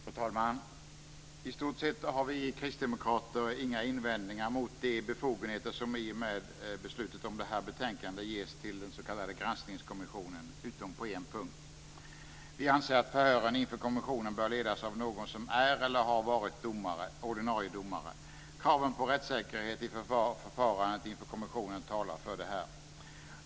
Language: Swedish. Fru talman! I stort sett har vi kristdemokrater inga invändningar mot de befogenheter som i och med beslutet om detta betänkande ges till den s.k. granskningskommissionen, utom på en punkt. Vi anser nämligen att förhören inför kommissionen bör ledas av någon som är eller har varit ordinarie domare. Kraven på rättssäkerhet vid förfarandet inför kommissionen talar för detta.